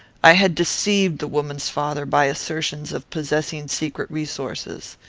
i had deceived the woman's father by assertions of possessing secret resources.